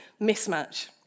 mismatch